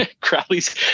Crowley's